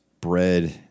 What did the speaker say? bread